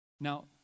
Now